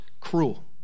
cruel